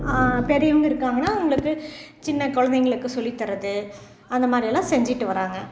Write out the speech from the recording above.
பெரியவங்க இருக்காங்கன்னா அவங்களுக்கு சின்ன குழந்தைங்களுக்கு சொல்லித்தர்றது அந்த மாதிரி எல்லாம் செஞ்சிட்டு வர்றாங்க